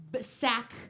sack